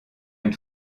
une